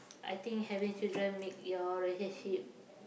I think having children make your relationship